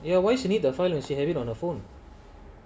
you know do you need the foreigners you have it on the phone